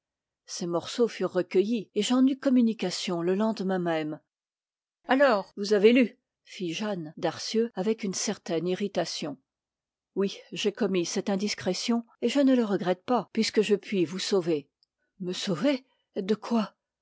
ces morceaux furent recueillis et j'en eus communication le lendemain même alors vous avez lu fit jeanne darcieux avec une certaine irritation oui j'ai commis cette indiscrétion et je ne le regrette pas puisque je puis vous sauver me sauver de quoi